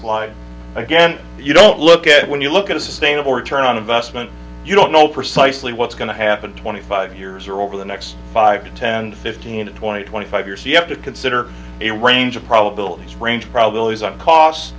slide again you don't look at when you look at a sustainable return on investment you don't know precisely what's going to happen twenty five years are over the next five to ten fifteen twenty twenty five years you have to consider a range of probabilities range probabilities of cost